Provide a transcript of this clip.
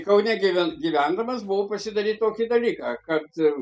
kaune gyven gyvendamas buvau pasidaryt tokį dalyką kad